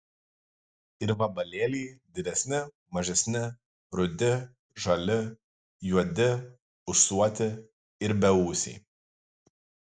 ir vabalėliai didesni mažesni rudi žali juodi ūsuoti ir beūsiai